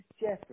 Jeffrey